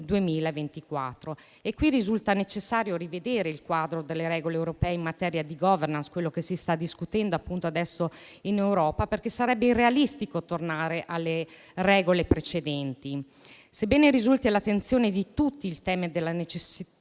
2024. Risulta necessario rivedere il quadro delle regole europee in materia di *governance*, che si sta discutendo adesso in Europa, perché sarebbe irrealistico tornare a quelle precedenti. Sebbene risulti all'attenzione di tutti il tema della necessaria